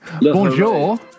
Bonjour